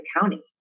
county